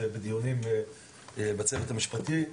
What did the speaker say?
וזה מתוך דיונים בצוות המשפטי,